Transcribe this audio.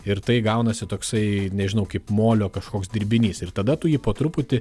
ir tai gaunasi toksai nežinau kaip molio kažkoks dirbinys ir tada tu jį po truputį